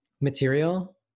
material